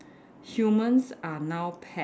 humans are now pets